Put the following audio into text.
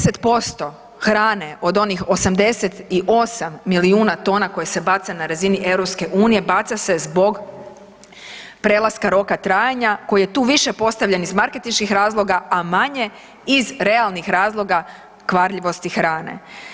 Deset posto hrane od onih 88 milijuna tona koje se bace na razini EU baca se zbog prelaska roka trajanja koji je tu više postavljen iz marketinških razloga, a manje iz realnih razloga kvarljivosti hrane.